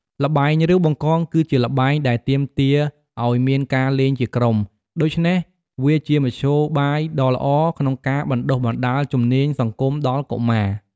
ល្បែង រាវបង្កង គឺជាល្បែងដែលទាមទារឱ្យមានការលេងជាក្រុម ដូច្នេះវាជាមធ្យោបាយដ៏ល្អក្នុងការបណ្តុះបណ្តាលជំនាញសង្គមដល់កុមារ។